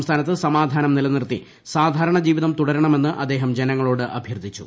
സംസ്ഥാനത്ത് സമാധാനം നിലനിർത്തി സാധാരണ ജീവിതം തുടരണമെന്ന് അദ്ദേഹം ജനങ്ങളോട് അഭ്യർത്ഥിച്ചു